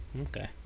Okay